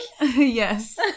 Yes